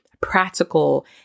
practical